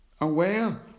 aware